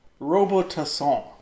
Robotasson